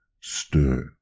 stir